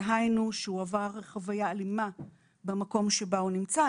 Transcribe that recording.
דהיינו, שהוא עבר חוויה אלימה במקום שבה הוא נמצא.